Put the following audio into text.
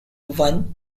one